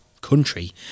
country